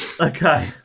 Okay